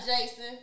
Jason